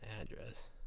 address